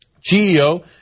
GEO